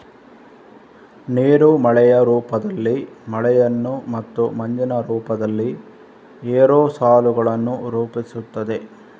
ನೀರು ಮಳೆಯ ರೂಪದಲ್ಲಿ ಮಳೆಯನ್ನು ಮತ್ತು ಮಂಜಿನ ರೂಪದಲ್ಲಿ ಏರೋಸಾಲುಗಳನ್ನು ರೂಪಿಸುತ್ತದೆ